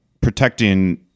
protecting